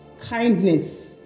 kindness